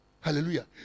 Hallelujah